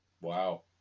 Wow